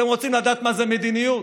אתם רוצים לדעת מה זו מדיניות?